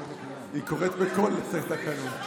היא קוראת בקול את התקנון.